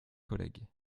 collègue